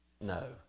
no